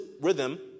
rhythm